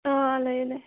ꯑꯪ ꯂꯩꯌꯦ ꯂꯩꯇꯦ